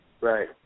Right